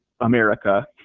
America